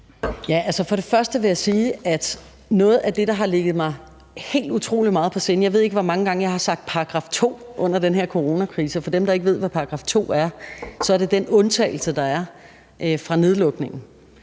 For det første vil jeg sige, at noget af det, der har ligget mig helt utrolig meget på sinde, er § 2. Jeg ved ikke, hvor mange gange jeg har sagt § 2 under den her coronakrise, og for dem, der ikke ved, hvad § 2 er, er det den undtagelse, der er fra nedlukningen,